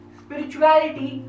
spirituality